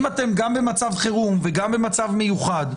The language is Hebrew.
אם אתם גם במצב חירום וגם במצב מיוחד,